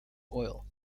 oil